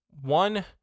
One